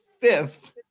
fifth